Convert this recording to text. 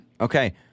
Okay